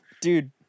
Dude